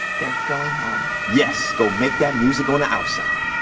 they're going home yes. go make that music on the outside